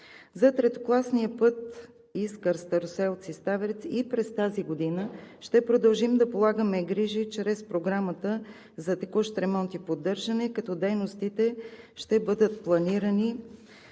За третокласния път Искър – Староселци – Ставерци и през тази година ще продължим да полагаме грижи чрез Програмата за текущ ремонт и поддържане, като дейностите ще бъдат планирани